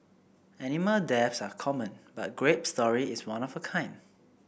animal deaths are common but Grape's story is one of a kind